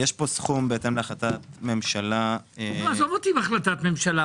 יש פה סכום בהתאם להחלטת ממשלה --- עזוב אותי מהחלטת ממשלה,